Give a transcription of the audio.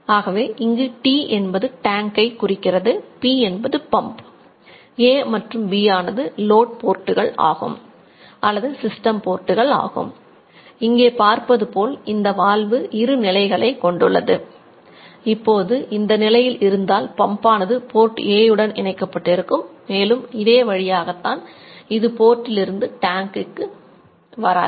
ஆகவே இங்கு T என்பது டேங்கை வராது